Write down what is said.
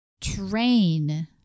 Train